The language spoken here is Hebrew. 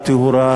הטהורה,